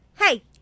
Hey